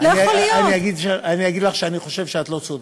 תשמעי, אני אגיד לך שאני חושב שאת לא צודקת.